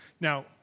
Now